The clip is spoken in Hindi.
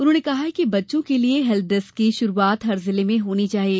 उन्होंने कहा कि बच्चों के लिये हेल्थ डेस्क की शुरूआत हर जिले में होना चाहिए